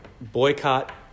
boycott